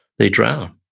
they drown.